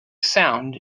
sound